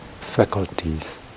faculties